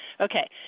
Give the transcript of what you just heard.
Okay